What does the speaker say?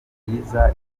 byiza